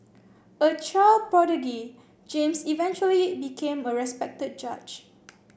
a child prodigy James eventually became a respected judge